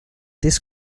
this